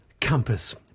Compass